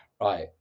right